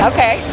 Okay